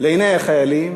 לעיני החיילים